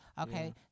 Okay